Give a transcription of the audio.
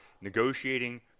negotiating